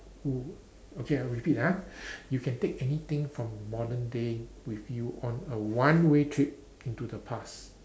oh okay I repeat ah you can take anything from modern day with you on a one way trip into the past